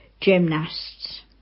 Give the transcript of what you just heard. gymnasts